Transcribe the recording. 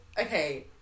Okay